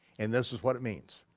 and this is what it means.